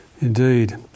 Indeed